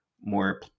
more